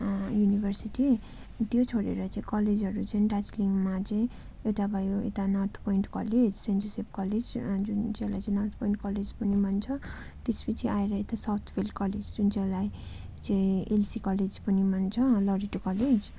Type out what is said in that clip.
university त्यो छोडेर चाहिँ कलेजहरू चाहिँ दार्जिलिङमा चाहिँ एउटा भयो यता north point college saint Joseph college जुन चाहिँलाई चाहिँ नर्थ पोइन्ट कलेज पनि भन्छ त्यस पछि आएर यता साउथ फिल्ड कलेज जुन चाहिँलाई चाहिँ एलसी कलेज पनि भन्छ लरेटो कलेज